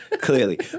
Clearly